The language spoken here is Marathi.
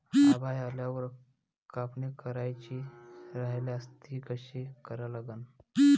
आभाळ आल्यावर कापनी करायची राह्यल्यास ती कशी करा लागन?